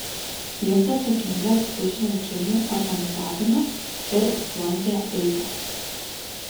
jis atsakingas už rinkimų organizavimą ir sklandžią eigą